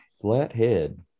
Flathead